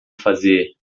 fazer